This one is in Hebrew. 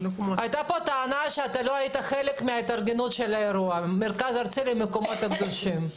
אנשי המרכז למקומות הקדושים נמצאים עדיין בזום?